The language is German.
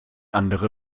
andere